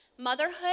Motherhood